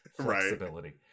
flexibility